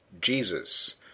Jesus